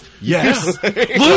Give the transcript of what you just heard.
Yes